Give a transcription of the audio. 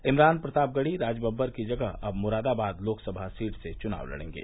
इमरान प्रतापगढ़ी राजबब्बर की जगह अब मुरादाबाद लोकसभा सीट से चुनाव लड़ेंगे